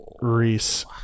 Reese